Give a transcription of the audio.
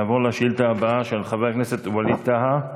נעבור לשאילתה הבאה, של חבר הכנסת ווליד טאהא.